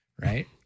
right